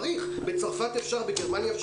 בצרפת אפשר, בגרמניה אפשר.